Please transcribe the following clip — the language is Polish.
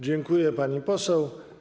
Dziękuję, pani poseł.